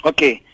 Okay